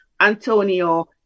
Antonio